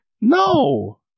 No